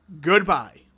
Goodbye